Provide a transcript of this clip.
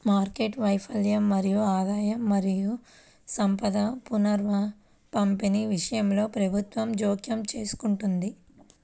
market వైఫల్యం మరియు ఆదాయం మరియు సంపద పునఃపంపిణీ విషయంలో ప్రభుత్వం జోక్యం చేసుకుంటుంది